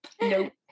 nope